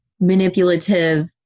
manipulative